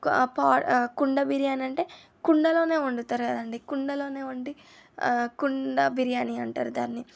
ఒక పా కుండ బిర్యానీ అంటే కుండలోనే వండుతారు కదండి కుండలోనే వండి కుండ బిర్యానీ అంటారు దాన్ని